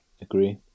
agree